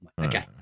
Okay